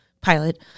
Pilot